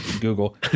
Google